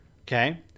Okay